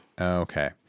Okay